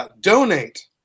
Donate